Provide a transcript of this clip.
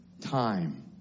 time